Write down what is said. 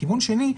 כיוון שני,